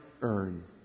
earn